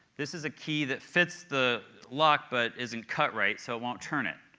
this is a key that fits the lock, but isn't cut right, so it won't turn it.